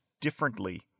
differently